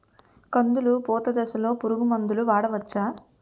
కందులు పూత దశలో పురుగు మందులు వాడవచ్చా?